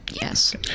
yes